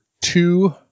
two